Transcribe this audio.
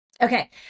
Okay